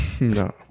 No